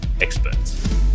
experts